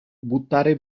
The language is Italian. buttare